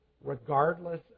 regardless